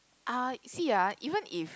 uh you see ah even if